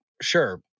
Sure